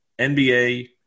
NBA